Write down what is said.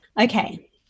Okay